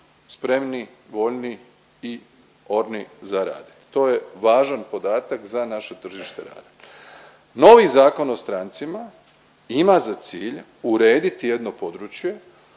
spremni, voljni i orni za raditi. To je važan podatak za naše tržište rada. Novi Zakon o strancima ima za cilj urediti jedno područje